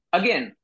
again